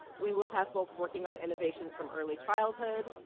we will have folks working on innovations from early childhood,